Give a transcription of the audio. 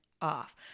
off